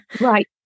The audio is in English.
Right